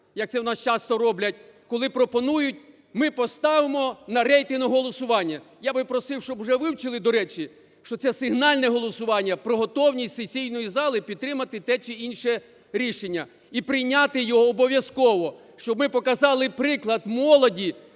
як це у нас часто роблять, коли пропонують: ми поставимо на рейтингове голосування. Я би просив, щоб вже вивчили, до речі, що це сигнальне голосування – про готовність сесійної зали підтримати те чи інше рішення; і прийняти його обов'язково, щоб ми показали приклад молоді,